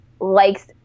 likes